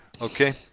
Okay